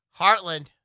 Heartland